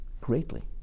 greatly